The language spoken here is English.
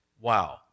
Wow